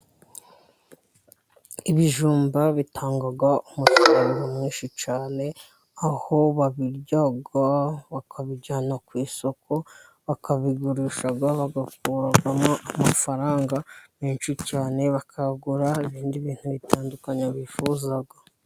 Ibijumba bitanga umumaro mwinshi cyane, aho babirya bakabijyana ku isoko bakabigurisha bigakurarwamo amafaranga menshi cyane, bakagura ibindi bintu bitandukanye bifuza.